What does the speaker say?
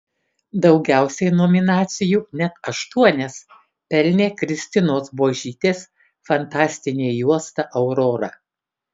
daugiausiai nominacijų net aštuonias pelnė kristinos buožytės fantastinė juosta aurora